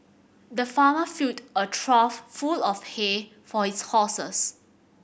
the farmer filled a trough full of hay for his horses